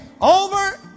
over